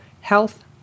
Health